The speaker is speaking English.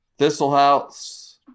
Thistlehouse